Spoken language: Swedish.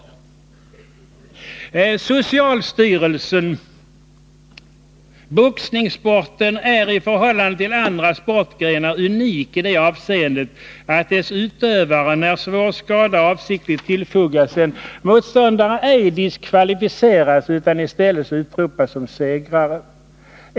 Socialstyrelsen skriver: ”Boxningssporten är i förhållande till andra sportgrenar unik i det avseendet att dess utövare, när svår skada avsiktligt tillfogas en motståndare, ej diskvalificeras utan i stället utropas som segrare.